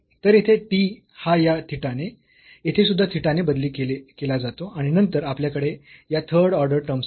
तर येथे t हा या थिटा ने येथे सुद्धा थिटाने बदली केला जातो आणि नंतर आपल्याकडे या थर्ड ऑर्डर टर्म्स आहेत